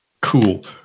Cool